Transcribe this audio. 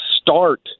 start